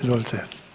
Izvolite.